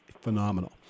Phenomenal